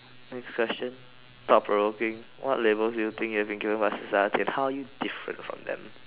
next question thought provoking what labels do you think you have been given by society and how are you different from them